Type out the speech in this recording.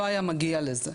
לא היה מגיע לזה.